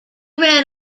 ran